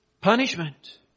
punishment